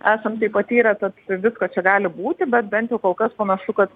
esam tai patyrę tad visko čia gali būti bet bent jau kol kas panašu kad